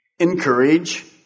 encourage